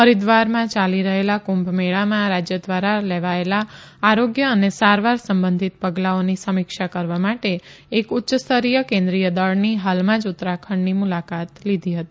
હરિદ્વારમાં ચાલી રહેલા કુંભમેળામાં રાજ્ય દ્વારા લેવાયેલા આરોગ્ય અને સારવાર સંબંધિત પગલાંઓની સમીક્ષા કરવા માટે એક ઉચ્યસ્તરીય કેન્રિગ્ય દળની હાલમાં જ ઉત્તરાખંડની મુલાકાત લીધી હતી